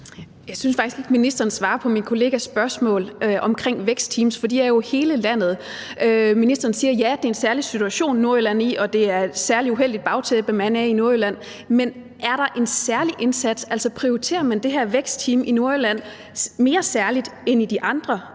Jeg synes faktisk ikke, ministeren svarer på min kollegas spørgsmål omkring vækstteams, for de er jo i hele landet. Ministeren siger, at ja, det er en særlig situation, Nordjylland er i, og at det er et særlig uheldigt bagtæppe, man har i Nordjylland. Men er der en særlig indsats? Altså, prioriterer man det her vækstteam i Nordjylland mere særligt end i de andre